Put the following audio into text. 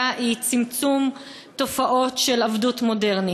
היא צמצום תופעות של עבדות מודרנית.